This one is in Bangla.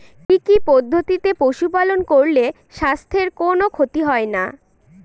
কি কি পদ্ধতিতে পশু পালন করলে স্বাস্থ্যের কোন ক্ষতি হয় না?